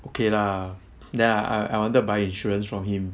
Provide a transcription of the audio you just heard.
okay lah then I I wanted buy insurance from him